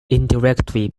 indirectly